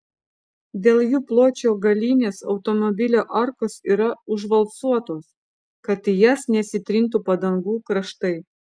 dėl jų pločio galinės automobilio arkos yra užvalcuotos kad į jas nesitrintų padangų kraštai